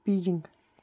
Beijing